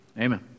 Amen